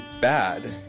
bad